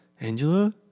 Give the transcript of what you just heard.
Angela